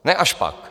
Ne až pak.